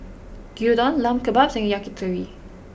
Gyudon Lamb Kebabs and Yakitori